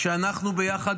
כשאנחנו ביחד,